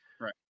Right